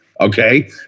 okay